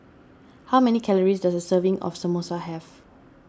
how many calories does a serving of Samosa have